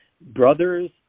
brothers